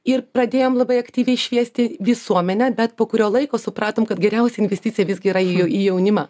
ir pradėjom labai aktyviai šviesti visuomenę bet po kurio laiko supratom kad geriausia investicija visgi yra į į jaunimą